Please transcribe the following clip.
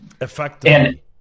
Effectively